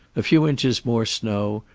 a few inches more snow,